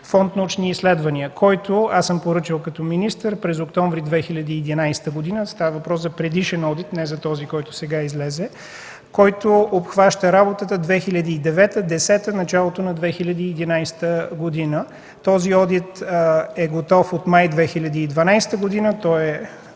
Фонд „Научни изследвания”, който аз съм поръчал като министър през месец октомври 2011 г. Става въпрос за предишен одит, не за този, който сега излезе, който обхваща работата 2009, 2010 и началото на 2011 г. Този одит е готов от месец май 2012 г. и е